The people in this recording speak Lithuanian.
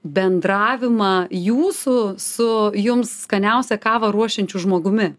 bendravimą jūsų su jums skaniausią kavą ruošiančiu žmogumi